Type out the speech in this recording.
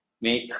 make